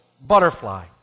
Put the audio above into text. butterfly